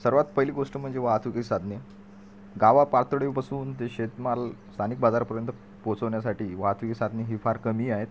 सर्वांत पहिली गोष्ट म्हणजे वाहतुकीची साधने गावापातळीपासून ते शेतमाल स्थानिक बाजारापर्यंत पोचवण्यासाठी वाहतुकीची साधने ही फार कमी आहेत